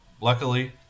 Luckily